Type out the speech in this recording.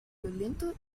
violento